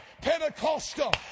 Pentecostal